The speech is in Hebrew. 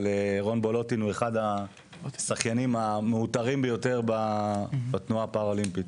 אבל רון בולוטין הוא אחד השחיינים המעוטרים ביותר בתנועה הפראולימפית.